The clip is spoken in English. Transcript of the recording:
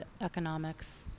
economics